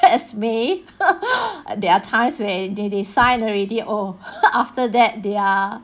text me there are times where they they signed already oh after that they are